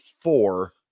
four